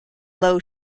low